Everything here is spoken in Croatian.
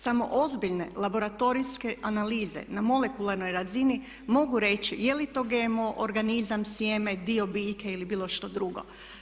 Samo ozbiljne laboratorijske analize na molekularnoj razini mogu reći je li to GMO organizam, sjeme, dio biljke ili bilo što drugo.